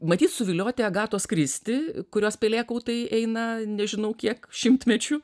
matyt suvilioti agatos kristi kurios pelėkautai eina nežinau kiek šimtmečių